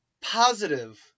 positive